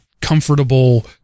comfortable